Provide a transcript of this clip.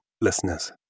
listeners